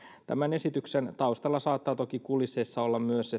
tämän esityksen taustalla saattaa toki kulisseissa olla myös